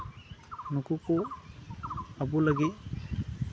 ᱱᱩᱠᱩ ᱠᱚ ᱟᱵᱚ ᱞᱟᱹᱜᱤᱫ